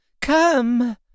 come